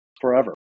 forever